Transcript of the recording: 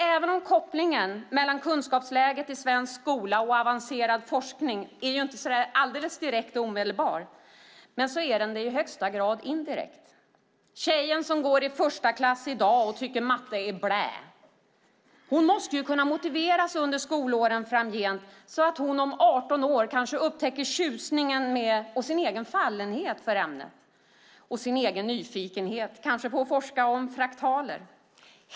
Även om kopplingen mellan kunskapsläget i svensk skola och avancerad forskning inte är så direkt och omedelbar är den det i högsta grad indirekt. Tjejen som i dag går i första klass och tycker matte är blä måste kunna motiveras under skolåren framöver, så att hon om 18 år kanske har upptäckt tjusningen med och sin egen fallenhet för ämnet - och sin egen nyfikenhet, kanske att få forska om fraktaler.